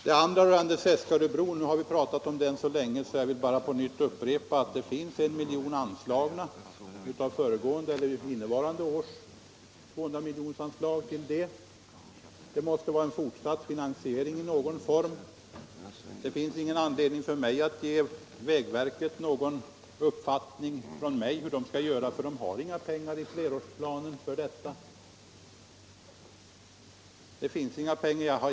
Det andra, rörande Seskaröbron, har vi talat om så länge att jag bara vill upprepa att det finns 1 milj.kr. anslagna av föregående eller innevarande års 200-miljonersanslag härför. Det måste vara en fortsatt finansiering i någon form. För mig finns det ingen anledning att ge vägverket min uppfattning om hur vägverket skall göra, för det har inga pengar i flerårsplanen för detta projekt.